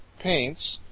paints,